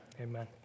Amen